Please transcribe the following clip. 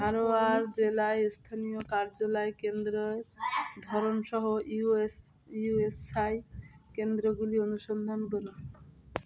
হারোয়ার জেলায় স্থানীয় কার্যালয় কেন্দ্রের ধরন সহ U S E S I কেন্দ্রগুলি অনুসন্ধান করুন